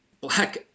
black